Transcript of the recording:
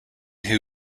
who